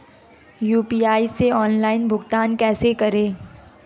UPI से online भुगतान कैसे करें?